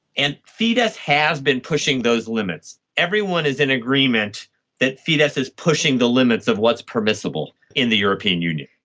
and fidesz has been pushing those limits. everyone is in agreement that fidesz is pushing the limits of what is permissible in the european union.